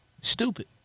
Stupid